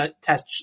test